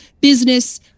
business